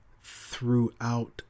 throughout